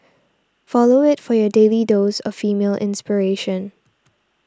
follow it for your daily dose of female inspiration